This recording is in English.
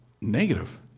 negative